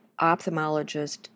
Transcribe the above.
ophthalmologist